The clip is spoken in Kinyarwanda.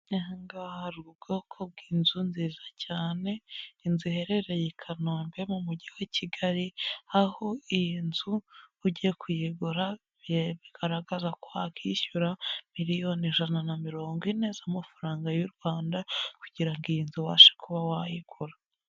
Aha ngaha hari ubwoko bw'inzu nziza cyane, inzu iherereye i Kanombe mu mujyi wa Kigali, aho iyi nzu ugiye kuyigura bigaragaza ko wakwishyura miliyoni ijana na mirongo ine z'amafaranga y'u Rwanda kugira ngo iyi nzu ubashe kuba wayigura.